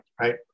Right